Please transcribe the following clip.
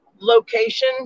location